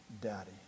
Daddy